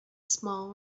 small